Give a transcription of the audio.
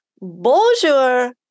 bonjour